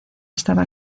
estaba